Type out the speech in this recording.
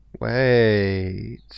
Wait